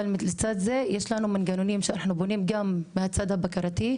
אבל לצד זה יש לנו גם מנגנונים שאנחנו בונים גם מהצד הבקרתי,